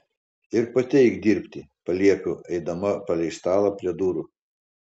ir pati eik dirbti paliepiu eidama palei stalą prie durų